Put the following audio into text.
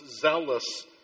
zealous